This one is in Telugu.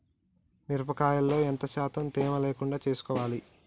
మిరప కాయల్లో ఎంత శాతం తేమ లేకుండా చూసుకోవాలి?